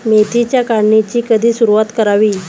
मेथीच्या काढणीची कधी सुरूवात करावी?